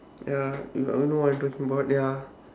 ya if you know what i'm talking about ya